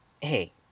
hey